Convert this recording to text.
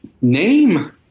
name